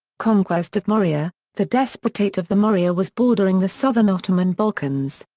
conquest of morea the despotate of the morea was bordering the southern ottoman balkans.